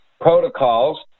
Protocols